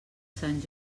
sant